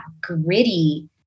gritty